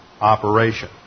operation